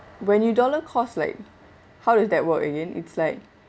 when you dollar cost like how does that work again it's like